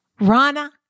Rana